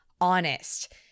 honest